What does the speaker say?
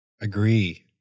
Agree